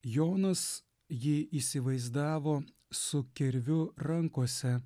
jonas jį įsivaizdavo su kirviu rankose